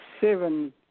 seven